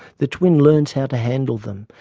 the twin learns how to handle them,